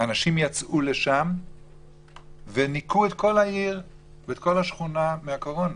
אנשים יצאו לשם וניקו את כל העיר ואת כל השכונה מהקורונה.